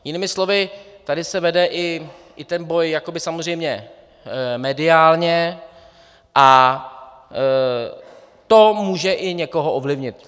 Jinými slovy, tady se vede i ten boj jakoby samozřejmě mediálně a to může i někoho ovlivnit.